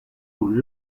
kun